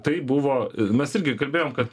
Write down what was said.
tai buvo mes irgi kalbėjom kad